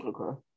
Okay